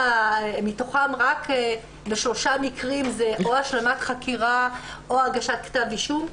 מתוכם רק בשלושה מקרים זה או השלמת חקירה או הגשת כתב אישום,